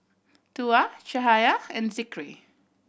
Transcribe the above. Tuah Cahaya and Zikri